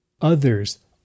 Others